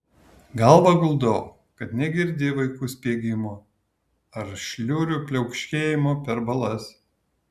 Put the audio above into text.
galvą guldau kad negirdi vaikų spiegimo ar šliurių pliaukšėjimo per balas